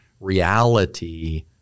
reality